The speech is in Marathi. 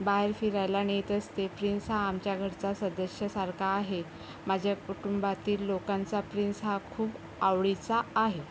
बाहेर फिरायला नेत असते प्रिन्स हा आमच्या घरचा सदस्यासारखा आहे माझ्या कुटुंबातील लोकांचा प्रिन्स हा खूप आवडीचा आहे